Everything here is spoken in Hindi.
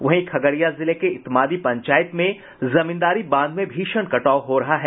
वहीं खगड़िया जिले के इतमादी पंचायत में जमींदारी बांध में भीषण कटाव हो रहा है